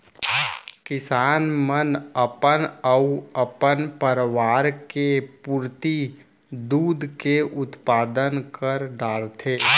किसान मन अपन अउ अपन परवार के पुरती दूद के उत्पादन कर डारथें